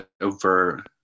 over